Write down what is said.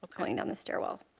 going down the stairwell.